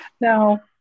Now